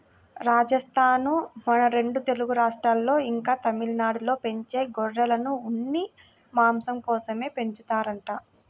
రాజస్థానూ, మన రెండు తెలుగు రాష్ట్రాల్లో, ఇంకా తమిళనాడులో పెంచే గొర్రెలను ఉన్ని, మాంసం కోసమే పెంచుతారంట